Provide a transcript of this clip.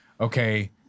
okay